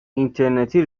اینترنتی